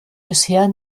bisher